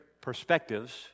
perspectives